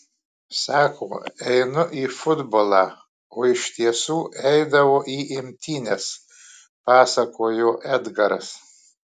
sako einu į futbolą o iš tiesų eidavo į imtynes pasakojo edgaras